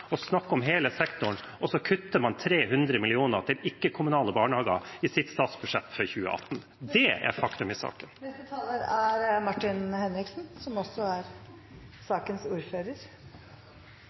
og om hele sektoren, og så kutter man 300 mill. kr til ikke-kommunale barnehager i sitt statsbudsjett for 2018. Det er faktum i saken.